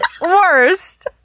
worst